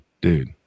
dude